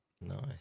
nice